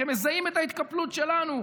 הם מזהים את ההתקפלות שלנו,